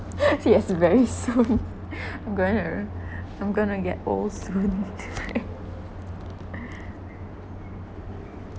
yes very soon I'm going to I'm going to get old soon